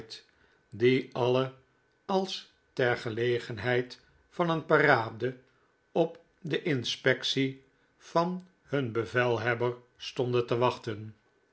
die alle als ter gelegenheid van een parade op de inspectie van hun bevelhebber stonden te wachten